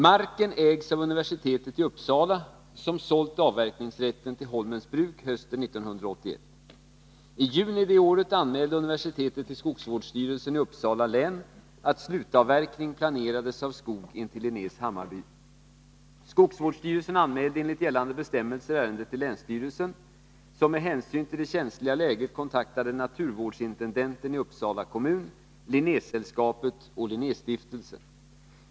Marken ägs av universitetet i Uppsala, som sålt avverkningsrätten till Holmens Bruk hösten 1981. I juni 1981 anmälde universitetet till skogsvårdsstyrelsen i Uppsala län att slutavverkning planerades av skog intill Linnés Hammarby. Skogsvårdsstyrelsen anmälde enligt gällande bestämmelser ärendet till länsstyrelsen, som med hänsyn till det känsliga läget kontaktade naturvårdsintendenten i Uppsala kommun, Linnésällskapet och Linnéstiftelsen.